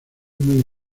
muy